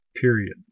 period